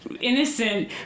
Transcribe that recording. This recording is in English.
innocent